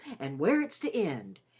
and where it's to end,